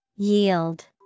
Yield